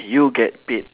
you get paid